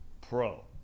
pro